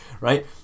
right